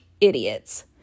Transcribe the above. idiots